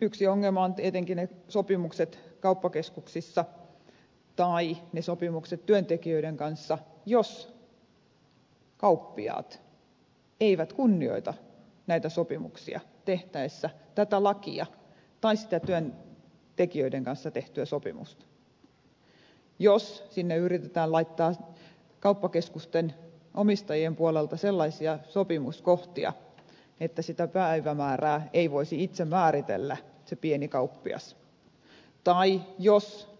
yksi ongelma on tietenkin sopimukset kauppakeskuksissa tai sopimukset työntekijöiden kanssa jos kauppiaat eivät kunnioita näitä sopimuksia tehtäessä tätä lakia tai sitä työntekijöiden kanssa tehtyä sopimusta jos sinne yritetään laittaa kauppakeskusten omistajien puolelta sellaisia sopimuskohtia että sitä päivämäärää ei se pieni kauppias voisi itse määritellä tai jos